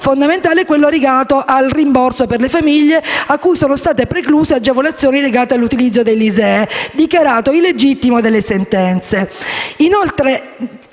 fondamentale è quello legato al rimborso per le famiglie a cui sono state precluse agevolazioni legate all'utilizzo dell'ISEE, dichiarato illegittimo dalle sentenze.